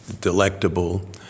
delectable